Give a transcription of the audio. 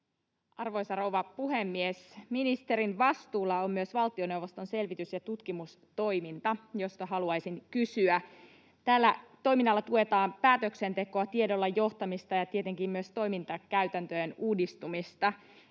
Arvoisa rouva puhemies! Ministerin vastuulla on myös valtioneuvoston selvitys- ja tutkimustoiminta, josta haluaisin kysyä. Tällä toiminnalla tuetaan päätöksentekoa, tiedolla johtamista ja tietenkin myös toimintakäytäntöjen uudistumista.